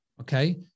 okay